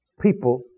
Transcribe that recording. people